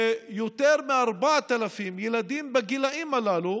שיותר מ-4,000 ילדים בגילאים הללו